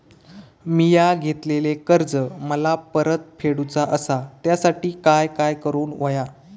मिया घेतलेले कर्ज मला परत फेडूचा असा त्यासाठी काय काय करून होया?